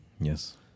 Yes